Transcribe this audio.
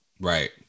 right